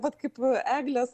vat kaip eglė